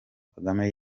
kagame